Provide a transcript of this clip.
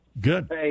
Good